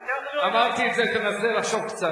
אמרתי את זה, תנסה לחשוב קצת